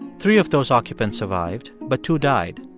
three of those occupants survived, but two died.